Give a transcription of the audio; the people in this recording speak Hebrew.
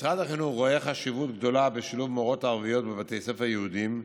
משרד החינוך רואה חשיבות גדולה בשילוב מורות ערביות בבתי ספר יהודיים,